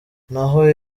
n’aho